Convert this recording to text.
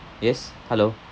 yes hello